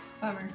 Bummer